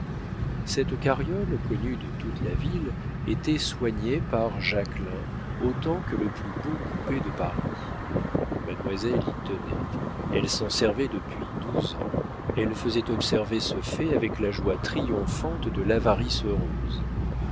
cette carriole connue de toute la ville était soignée par jacquelin autant que le plus beau coupé de paris mademoiselle y tenait elle s'en servait depuis douze ans elle faisait observer ce fait avec la joie triomphante de l'avarice heureuse